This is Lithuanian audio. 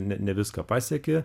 ne viską pasieki